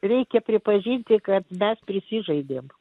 reikia pripažinti kad mes prisižaidėm